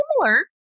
similar